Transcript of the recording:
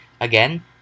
Again